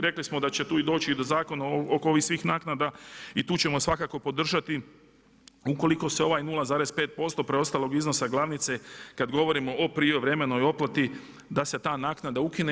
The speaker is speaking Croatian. Rekli smo da će tu i doći do zakona oko ovih svih naknada i tu ćemo svakako podržati ukoliko se ovaj 0,5% preostalog iznosa glavnice kad govorimo o prijevremenoj otplati da se ta naknada ukine.